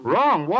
Wrong